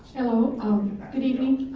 hello good evening.